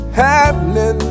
happening